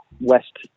West